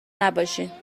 نباشین